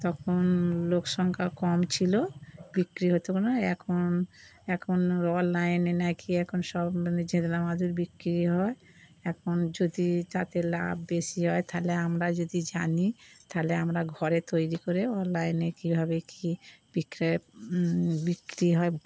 তখন লোকসংখ্যা কম ছিলো বিক্রি হত না এখন এখন অনলাইনে নাকি এখন সব মানে যেগুলো মাদুর বিক্রি হয় এখন যদি তাতে লাভ বেশি হয় তাহলে আমরা যদি জানি তাহলে আমরা ঘরে তৈরি করে অনলাইনে কীভাবে কী বিক্রে বিক্রি হয়